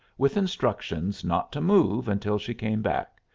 with instructions not to move until she came back,